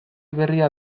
berria